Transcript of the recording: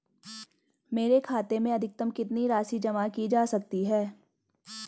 मेरे खाते में अधिकतम कितनी राशि जमा की जा सकती है?